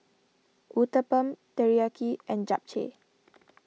Uthapam Teriyaki and Japchae